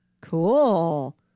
cool